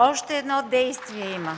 (Ръкопляскания